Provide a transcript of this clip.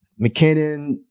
McKinnon